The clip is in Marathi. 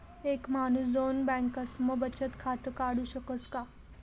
एक माणूस दोन बँकास्मा बचत खातं काढु शकस का?